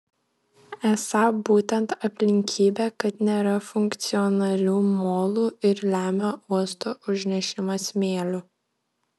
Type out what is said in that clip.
esą būtent aplinkybė kad nėra funkcionalių molų ir lemia uosto užnešimą smėliu